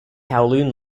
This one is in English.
kowloon